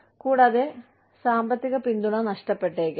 കൂടാതെ മുത്തശ്ശിക്ക് സാമ്പത്തിക പിന്തുണ നഷ്ടപ്പെടാം